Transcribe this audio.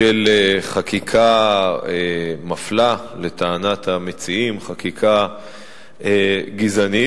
של חקיקה מפלה, לטענת המציעים, חקיקה גזענית.